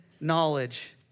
knowledge